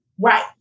Right